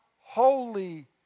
holy